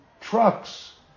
trucks